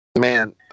man